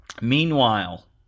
Meanwhile